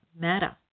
matter